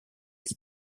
qui